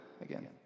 again